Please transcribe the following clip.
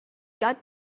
got